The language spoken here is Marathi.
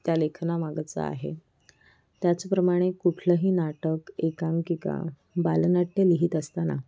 त्या लेखना मागचा आहे त्याचप्रमाणे कुठलं ही नाटक एकांकिका बालनाट्य लिहीत असताना